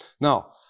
Now